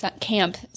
camp